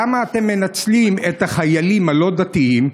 למה אתם מנצלים את החיילים הלא-דתיים?